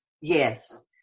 Yes